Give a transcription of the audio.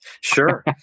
Sure